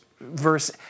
verse